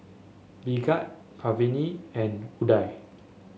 Bhagat Pranav and Udai